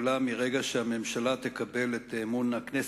אולם מרגע שהממשלה תקבל את אמון הכנסת,